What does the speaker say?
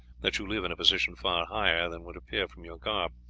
that you live in a position far higher than would appear from your garb.